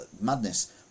madness